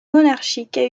monarchiques